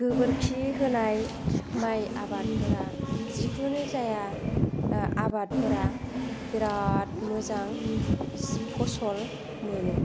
गोबोरखि होनाय माइ आबादफोरा जिखुनु जाया आबादफोरा बिराद मोजां फसल मोनो